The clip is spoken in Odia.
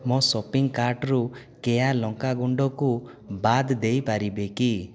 ମୋ ସପିଂକାର୍ଟ୍ରୁ କେୟା ଲଙ୍କା ଗୁଣ୍ଡକୁ ବାଦ ଦେଇପାରିବେ କି